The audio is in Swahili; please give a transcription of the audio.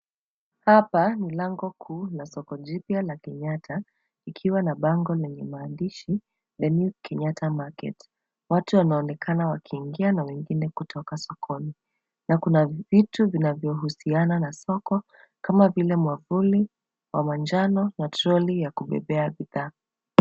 Hapa ni Lango kuu la Soko jipia la Kenyatta likiwa na bango lenye maandishi The new Kenyatta Market . Watu wanaonekana wakiingia na wengine kutoka Sokoni. Na kuna vitu vinahusiana na Soko kama vile mwavuli, wa manjano, na trolley ya kubebea bithaa.